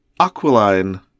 aquiline